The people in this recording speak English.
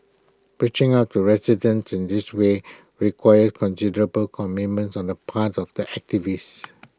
reaching out to residents in these ways requires considerable commitments on the parts of the activists